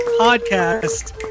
Podcast